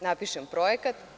Napišem projekta.